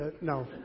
no